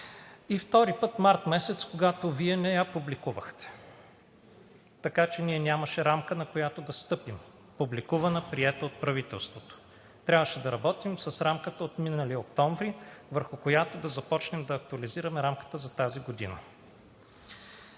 И втори път – месец март, когато Вие не я публикувахте. Така че нямаше рамка, на която да стъпим, публикувана, приета от правителството. Трябваше да работим с рамката от миналия октомври, върху която да започнем да актуализираме рамката за тази година.